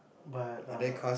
but err